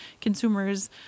consumers